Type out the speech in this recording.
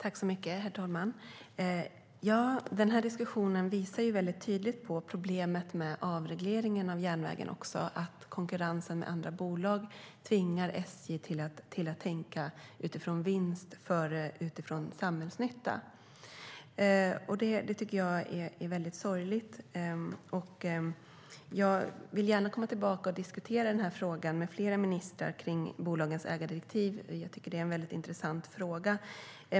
Herr talman! Den här diskussionen visar tydligt på problemen med avregleringen av järnvägen. Konkurrensen med andra bolag tvingar SJ att tänka utifrån vinst före samhällsnytta. Det tycker jag är sorgligt. Jag vill gärna komma tillbaka och diskutera frågan om bolagens ägardirektiv med flera ministrar. Det är en väldigt intressant fråga.